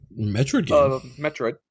metroid